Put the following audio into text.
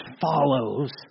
follows